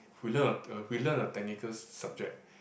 we learn a uh we learn a technical sub~ subject